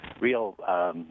real